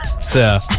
sir